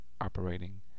operating